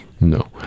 No